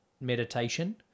meditation